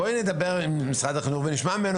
בואי נדבר עם משרד החינוך ונשמע מהם